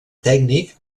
tècnic